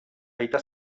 aita